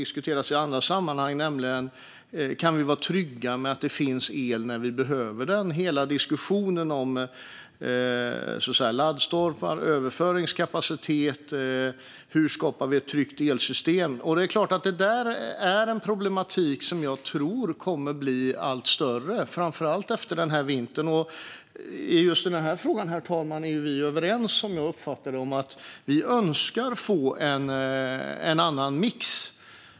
Det handlar om känslan av avstånd och frågan om vi kan vara trygga med att det finns el när vi behöver den - hela diskussionen om laddstolpar, överföringskapacitet och hur vi skapar ett tryggt elsystem. Detta är en problematik som jag tror kommer att bli allt större, framför allt efter den här vintern. I just den här frågan är vi, som jag uppfattar det, överens om att vi önskar en annan mix.